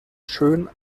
schön